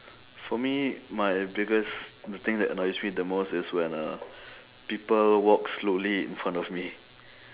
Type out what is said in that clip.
for me my biggest the thing that annoys me the most is when uh people walk slowly in front of me